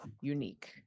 unique